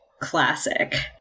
Classic